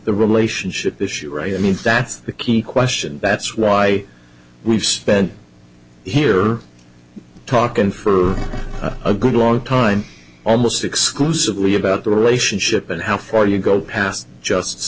the relationship issue right i mean that's the key question and that's why we've spent here talking for a good long time almost exclusively about the relationship and how far you go past just